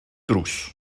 drws